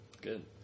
Good